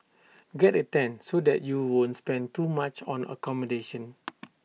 get A tent so that you won't spend too much on accommodation